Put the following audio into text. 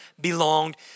belonged